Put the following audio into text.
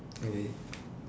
okay